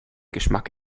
geschmack